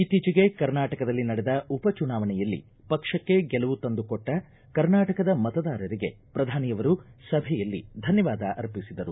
ಇತ್ತೀಚಿಗೆ ಕರ್ನಾಟಕದಲ್ಲಿ ನಡೆದ ಉಪಚುನಾವಣೆಯಲ್ಲಿ ಪಕ್ಷಕ್ಕೆ ಗೆಲುವು ತಂದುಕೊಟ್ಟ ಕರ್ನಾಟಕದ ಮತದಾರರಿಗೆ ಪ್ರಧಾನಿ ಅವರು ಸಭೆಯಲ್ಲಿ ಧನ್ಯವಾದ ಅರ್ಪಿಸಿದರು